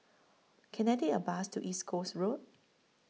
Can I Take A Bus to East Coast Road